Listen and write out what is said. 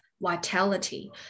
vitality